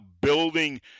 building